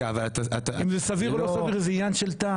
אם זה סביר או לא סביר, זה עניין של טעם.